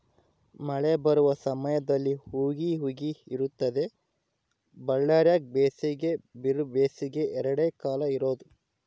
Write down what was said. ಮಳೆ ಬರುವ ಸಮಯದಲ್ಲಿ ಹುಗಿ ಹುಗಿ ಇರುತ್ತದೆ ಬಳ್ಳಾರ್ಯಾಗ ಬೇಸಿಗೆ ಬಿರುಬೇಸಿಗೆ ಎರಡೇ ಕಾಲ ಇರೋದು